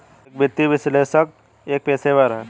एक वित्तीय विश्लेषक एक पेशेवर है